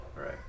right